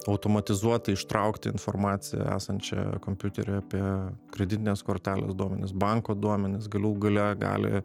automatizuotai ištraukti informaciją esančią kompiuteryje apie kreditinės kortelės duomenis banko duomenis galų gale gali